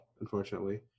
unfortunately